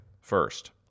First